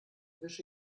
wische